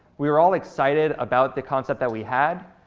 we were all excited about the concept that we had.